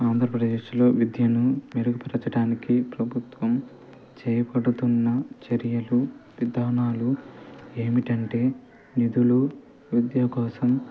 ఆంధ్రప్రదేశ్లో విద్యను మెరుగుపరచటానికి ప్రభుత్వం చేపడుతున్న చర్యలు విధానాలు ఏమిటంటే నిధులు విద్యా కోసం